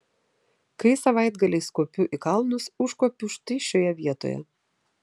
kai savaitgaliais kopiu į kalnus užkopiu štai šioje vietoje